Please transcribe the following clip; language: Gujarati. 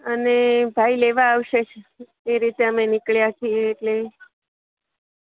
અને ભાઈ લેવા આવશે એ રીતે અમે નીકળ્યા છીએ એટલે